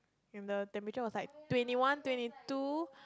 and the temperature was like twenty one twenty two